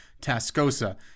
Tascosa